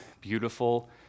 beautiful